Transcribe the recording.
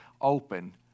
open